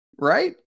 right